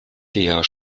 der